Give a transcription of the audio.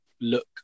look